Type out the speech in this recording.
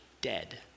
dead